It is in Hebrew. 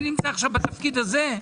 אני נמצא עכשיו בתפקיד הזה,